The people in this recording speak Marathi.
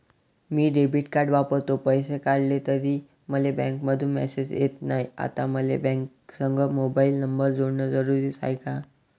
मी डेबिट कार्ड वापरतो, पैसे काढले तरी मले बँकेमंधून मेसेज येत नाय, आता मले बँकेसंग मोबाईल नंबर जोडन जरुरीच हाय का?